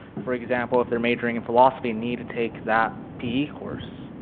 for example, if they are majoring in philosophy need to take that pe course.